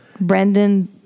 Brendan